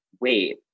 wait